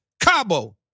Cabo